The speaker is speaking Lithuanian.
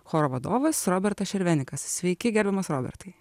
choro vadovas robertas šervenikas sveiki gerbiamas robertai